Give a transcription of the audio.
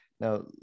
Now